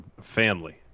family